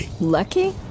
lucky